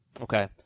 Okay